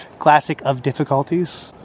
classicofdifficulties